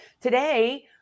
Today